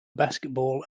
basketball